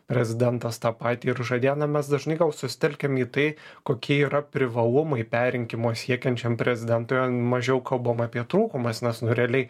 prezidentas tą patį ir žadėdamas dažnai gal susitelkiam į tai kokie yra privalumai perrinkimo siekiančiam prezidentui o mažiau kalbam apie trūkumus nes nu realiai